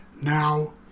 now